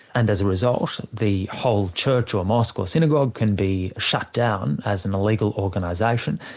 and as a result the whole church or mosque, or synagogue can be shut down as an illegal organisation,